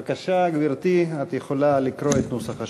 בבקשה, גברתי, את יכולה לקרוא את נוסח השאילתה.